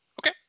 Okay